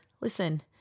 Listen